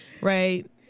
Right